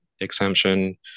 Exemption